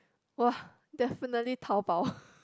!wah! definitely Taobao